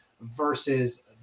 versus